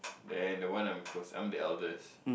then the one I'm close I'm the eldest